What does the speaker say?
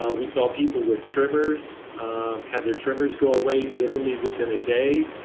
ah we saw people with tremors have their tremors go away literally within a day.